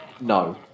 No